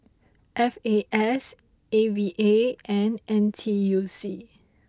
F A S A V A and N T U C